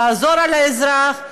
לעזור לאזרח,